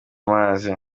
mazi